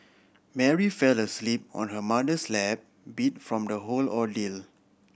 Mary fell asleep on her mother's lap beat from the whole ordeal